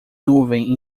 nuvem